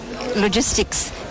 Logistics